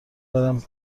برم